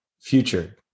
future